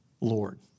Lord